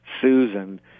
Susan